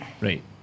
Right